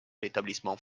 l’établissement